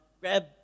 grab